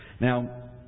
Now